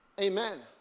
Amen